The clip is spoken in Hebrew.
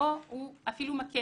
או לפעמים הוא אפילו מקל.